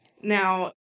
now